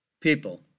people